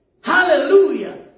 Hallelujah